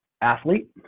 athlete